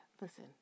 Listen